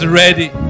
ready